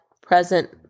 present